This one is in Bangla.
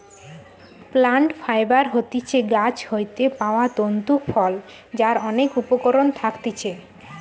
প্লান্ট ফাইবার হতিছে গাছ হইতে পাওয়া তন্তু ফল যার অনেক উপকরণ থাকতিছে